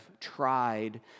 tried